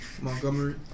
Montgomery